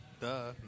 duh